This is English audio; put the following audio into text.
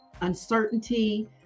uncertainty